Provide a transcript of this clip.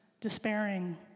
despairing